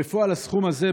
בפועל הסכום הזה,